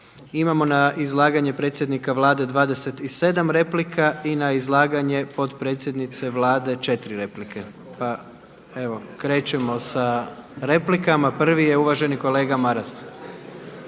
imamo na izlaganje predsjednika Vlade 27 replika i na izlaganje potpredsjednice Vlade 4 replike. Pa evo krećemo sa replikama. Prvi je uvaženi kolega Maras.